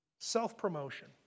Self-promotion